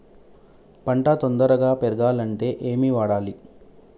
పంట తొందరగా పెరగాలంటే ఏమి వాడాలి?